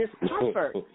discomfort